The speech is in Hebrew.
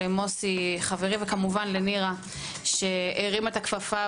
למוסי חברי ולנירה כמובן שהרימה את הכפפה